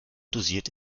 dosiert